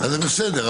זה בסדר,